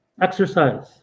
exercise